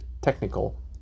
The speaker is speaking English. technical